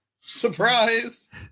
surprise